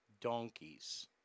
Donkeys